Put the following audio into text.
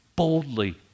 Boldly